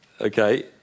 Okay